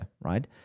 right